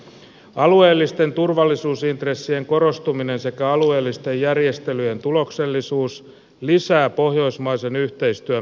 alueellisten turvallisuusintressien korostuminen sekä alueellisten järjestelyjen tuloksellisuus lisäävät pohjoismaisen yhteistyön merkitystä